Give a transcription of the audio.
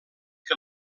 que